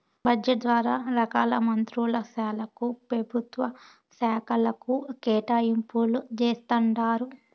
budget ద్వారా రకాల మంత్రుల శాలకు, పెభుత్వ శాకలకు కేటాయింపులు జేస్తండారు